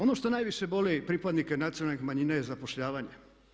Ono što najviše boli pripadnike nacionalnih manjina je zapošljavanje.